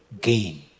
gain